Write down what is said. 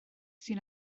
sydd